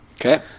okay